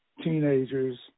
teenagers